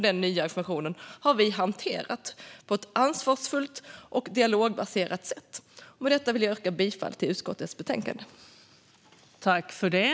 Den nya informationen har vi hanterat på ett ansvarsfullt och dialogbaserat sätt. Med det vill jag yrka bifall till utskottets förslag i betänkandet.